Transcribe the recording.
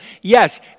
Yes